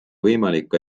võimalik